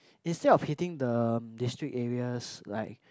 instead of hitting the district areas like